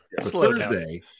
Thursday